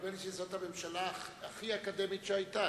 נדמה לי שזאת הממשלה הכי אקדמית שהיתה.